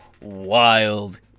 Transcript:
wild